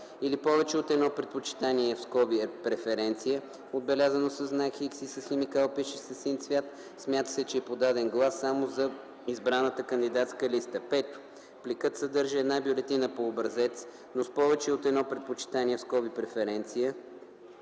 или повече от едно предпочитание (преференция), отбелязано със знак „Х” и с химикал, пишещ със син цвят – смята се, че е подаден глас само за избраната кандидатска листа; 5. пликът съдържа една бюлетина по образец, но с повече от едно предпочитание (преференция),